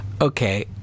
Okay